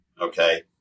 okay